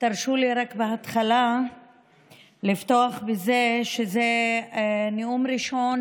תרשו לי רק בהתחלה לפתוח בזה שזה הנאום הראשון,